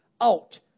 out